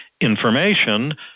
information